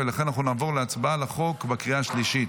ולכן נעבור להצבעה על החוק בקריאה השלישית.